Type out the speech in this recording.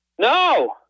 No